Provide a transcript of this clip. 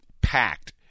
packed